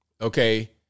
Okay